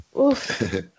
Oof